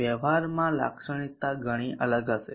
વ્યવહારમાં લાક્ષણિકતા ઘણી અલગ હશે